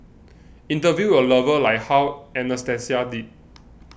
interview your lover like how Anastasia did